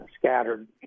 scattered